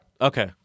Okay